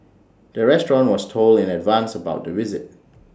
the restaurant was told in advance about the visit